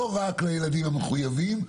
לא רק לילדים המחויבים בבדיקה,